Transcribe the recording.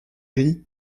rit